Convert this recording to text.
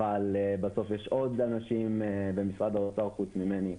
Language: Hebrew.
אבל בסוף יש עוד אנשים במשרד האוצר חוץ ממני.